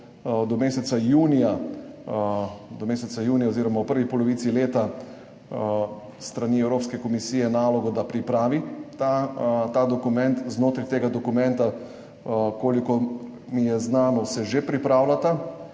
do meseca junija oziroma v prvi polovici leta s strani Evropske komisije nalogo, da pripravi ta dokument. Znotraj tega dokumenta, kolikor mi je znano, se že pripravljata